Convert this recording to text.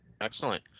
Excellent